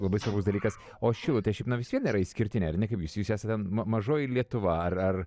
labai svarbus dalykas o šilutė šiaip na vis vien yra išskirtinė ar ne kaip jūs jūs esate ma mažoji lietuva ar ar